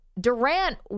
Durant